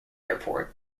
airport